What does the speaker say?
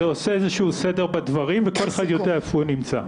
זה עושה איזשהו סדר בדברים וכל אחד יודע איפה הוא נמצא.